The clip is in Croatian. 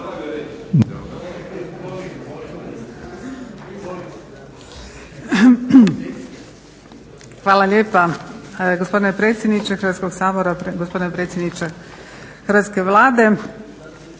Hvala lijepa gospodine predsjedniče Hrvatskog